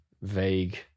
vague